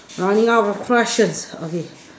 running out of questions okay